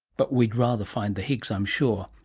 but we'd rather find the higgs, i'm sure,